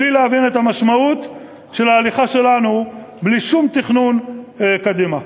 בלי להבין את המשמעות של ההליכה שלנו בלי שום תכנון קדימה.